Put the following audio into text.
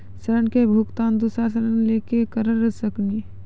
ऋण के भुगतान दूसरा ऋण लेके करऽ सकनी?